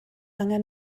angen